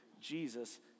Jesus